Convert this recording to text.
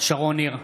שרון ניר,